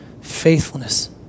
faithfulness